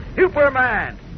Superman